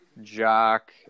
Jock